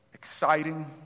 Exciting